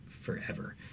forever